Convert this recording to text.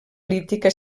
lítica